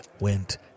went